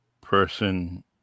person